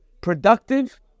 productive